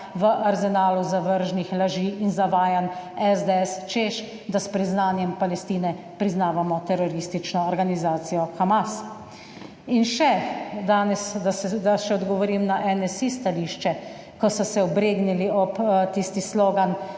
v arzenalu zavržnih laži in zavajanj SDS, češ da s priznanjem Palestine priznavamo teroristično organizacijo Hamas. In še danes, da še odgovorim na NSi stališče, ko so se obregnili ob tisti slogan